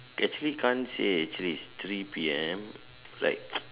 actually can't see actually three P_M like